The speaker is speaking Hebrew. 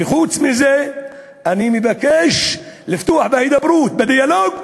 וחוץ מזה אני מבקש לפתוח בהידברות, בדיאלוג,